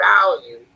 value